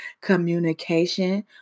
communication